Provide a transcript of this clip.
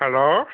hello